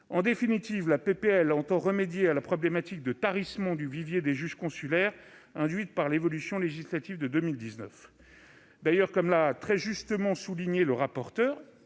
la proposition de loi entend remédier au problème du tarissement du vivier des juges consulaires induit par l'évolution législative de 2019. D'ailleurs, comme l'ont justement souligné le rapporteur